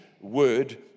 word